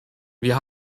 wir